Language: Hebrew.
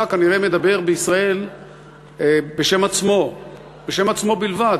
כנראה מדבר בישראל בשם עצמו בלבד,